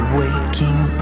waking